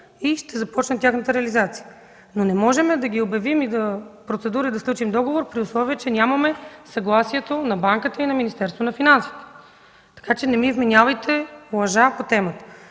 и ще започне тяхната реализация. Но не можем да ги обявим и за процедури да сключим договор, при условие че нямаме съгласието на банката и на Министерството на финансите. Така че не ми вменявайте лъжа по темата.